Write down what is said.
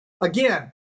again